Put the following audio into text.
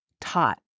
taught